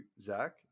Zach